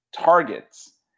targets